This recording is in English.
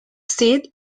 seat